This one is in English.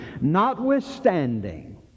Notwithstanding